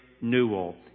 newell